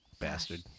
bastard